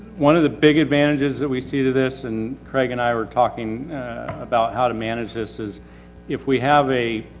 one of the big advantages that we see to this and craig and i were talking about how to manage this is if we have a.